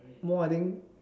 more I think